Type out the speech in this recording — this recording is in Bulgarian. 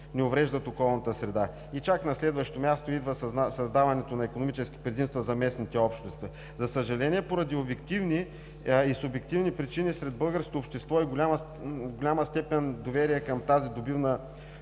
не увреждат околната среда. Чак на следващо място идва създаването на икономически предимства за местните общности. За съжаление, поради обективни и субективни причини в българското общество в голяма степен доверие към тази добивна